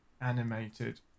animated